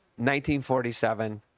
1947